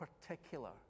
particular